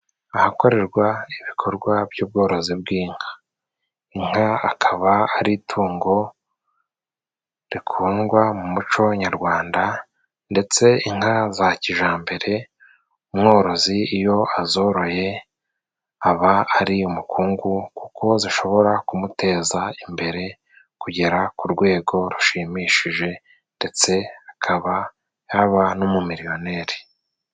Ahakorerwa ibikorwa by'ubworozi bw'inka. Inka akaba ari itungo rikundwa mu muco w'abanyarwanda, ndetse inka za kijambere, umworozi iyo azoroye, aba ari umukungu kuko zishobora kumuteza imbere, kugera ku rwego rushimishije ndetse akaba yaba n'umumiliyoneri.